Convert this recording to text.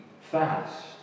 fast